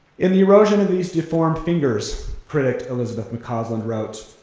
in the erosion of these deformed fingers, critic elizabeth mccoslin wrote,